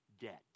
debt